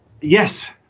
Yes